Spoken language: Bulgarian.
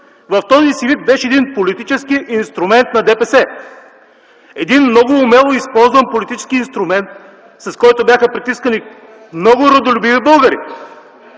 в този си вид беше един политически инструмент на ДПС - един много умело използван политически инструмент, с който бяха притискани много родолюбиви българи,